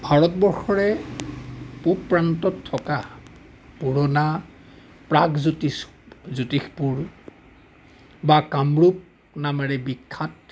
ভাৰতবৰ্ষৰে পূব প্ৰান্তত থকা পুৰনা প্ৰাগজ্যোতিছ জ্যোতিষপুৰ বা কামৰূপ নামেৰে বিখ্যাত